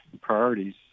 priorities